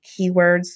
keywords